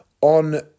on